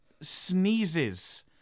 sneezes